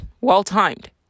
Well-timed